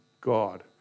God